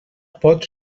pot